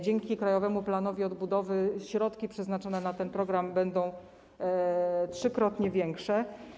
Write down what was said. Dzięki Krajowemu Planowi Odbudowy środki przeznaczone na ten program będą trzykrotnie większe.